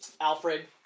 Alfred